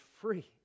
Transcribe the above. free